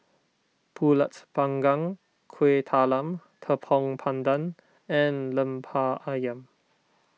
Pulut Panggang Kueh Talam Tepong Pandan and Lemper Ayam